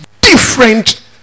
different